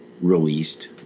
released